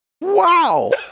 wow